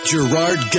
Gerard